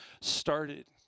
started